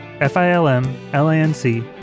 F-I-L-M-L-A-N-C